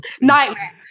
Nightmare